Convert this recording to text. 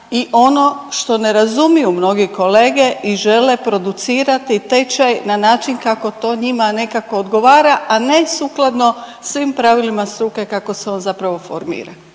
I ono što ne razumiju mnogi kolege i žele producirati tečaj na način kako to njima nekako odgovara a ne sukladno svim pravilima struke kako se on zapravo formira.